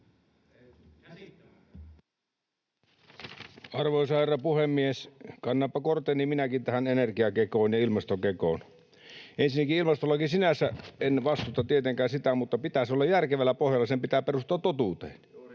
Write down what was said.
Arvoisa herra puhemies! Kannanpa korteni minäkin tähän energiakekoon ja ilmastokekoon: Ensinnäkin ilmastolakia sinänsä en vastusta tietenkään, mutta sen pitää olla järkevällä pohjalla ja perustua totuuteen.